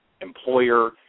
employer